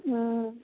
हुँ